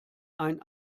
ein